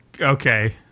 okay